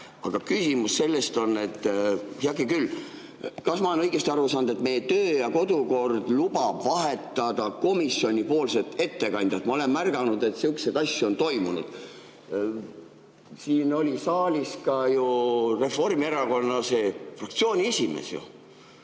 Aga küsimus on selles, heake küll, et kas ma olen õigesti aru saanud, et meie töö‑ ja kodukord lubab vahetada komisjoni ettekandjat. Ma olen märganud, et sihukesi asju on toimunud. Siin oli saalis Reformierakonna fraktsiooni esimees.